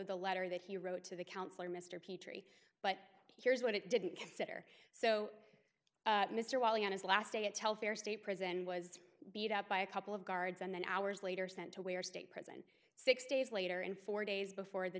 the letter that he wrote to the counselor mr petri but here's what it didn't consider so mr wiley on his last day at telfair state prison was beat up by a couple of guards and then hours later sent to wear a state prison six days later and four days before the